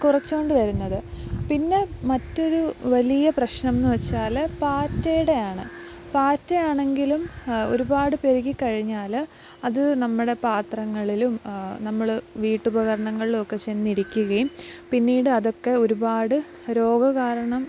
കുറച്ചുകൊണ്ടുവരുന്നത് പിന്നെ മറ്റൊരു വലിയ പ്രശ്നമെന്നുവച്ചാല് പാറ്റയുടെ ആണ് പാറ്റയാണെങ്കിലും ഒരുപാട് പെരുകിക്കഴിഞ്ഞാല് അത് നമ്മുടെ പാത്രങ്ങളിലും നമ്മളെ വീട്ടുപകരണങ്ങളിലുമൊക്കെ ചെന്നിരിക്കുകയും പിന്നീട് അതൊക്കെ ഒരുപാട് രോഗ കാരണം